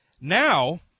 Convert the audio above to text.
Now